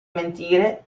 mentire